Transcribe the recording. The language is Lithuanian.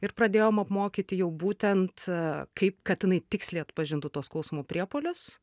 ir pradėjom apmokyti jau būtent kaip kad jinai tiksliai atpažintų tuos skausmo priepuolius